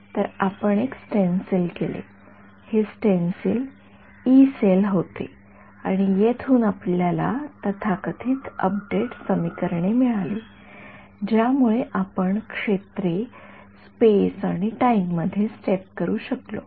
तर आपण एक स्टेंसिल केले हे स्टेंसिल यी सेल होते आणि येथून आपल्याला तथाकथित अपडेट समीकरणे मिळाली ज्यामुळे आपण क्षेत्रे स्पेस आणि टाइम मध्ये स्टेप करू शकलो